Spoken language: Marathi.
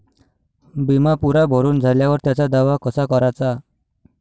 बिमा पुरा भरून झाल्यावर त्याचा दावा कसा कराचा?